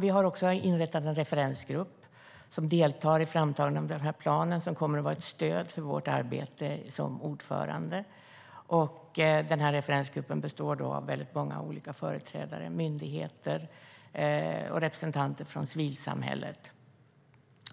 Vi har inrättat en referensgrupp som deltar i framtagandet av planen, som kommer att vara ett stöd för vårt arbete som ordförande. Referensgruppen består av många olika företrädare för myndigheter samt representanter för civilsamhället.